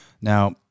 Now